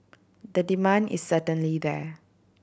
the demand is certainly there